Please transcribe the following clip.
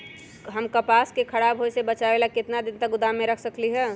हम कपास के खराब होए से बचाबे ला कितना दिन तक गोदाम में रख सकली ह?